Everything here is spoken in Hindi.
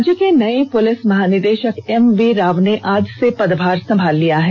राज्य के नये पुलिस महानिदेषक एमवी राव ने आज से पदभार संभाल लिया है